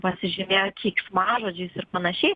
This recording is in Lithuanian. pasižymėjo keiksmažodžiais ir panašiai